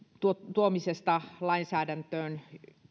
tuomisesta lainsäädäntöön